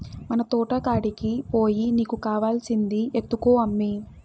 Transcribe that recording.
మన తోటకాడికి పోయి నీకు కావాల్సింది ఎత్తుకో అమ్మీ